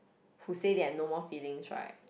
who said they have no more feeling right